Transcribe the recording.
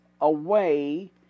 away